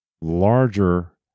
larger